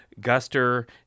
Guster